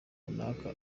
runaka